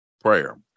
Prayer